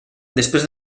després